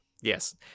Yes